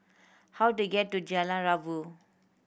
how do I get to Jalan Rabu